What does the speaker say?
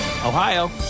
Ohio